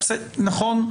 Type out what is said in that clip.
נכון.